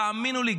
תאמינו לי,